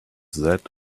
that